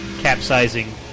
capsizing